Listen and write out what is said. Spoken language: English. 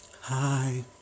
Hi